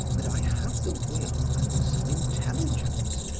but i have the will and some intelligence,